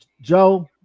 Joe